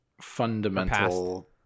fundamental